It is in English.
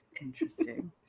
Interesting